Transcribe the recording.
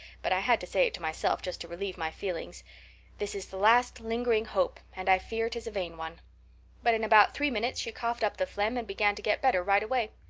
but i had to say it to myself just to relieve my feelings this is the last lingering hope and i fear, tis a vain one but in about three minutes she coughed up the phlegm and began to get better right away.